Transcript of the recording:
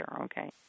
Okay